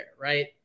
right